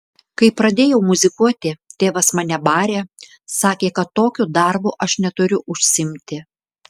kai pradėjau muzikuoti tėvas mane barė sakė kad tokiu darbu aš neturiu užsiimti